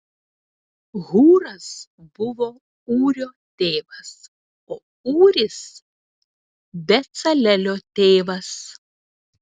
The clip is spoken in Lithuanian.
hūras buvo ūrio tėvas o ūris becalelio tėvas